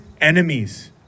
enemies